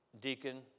deacon